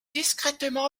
discrètement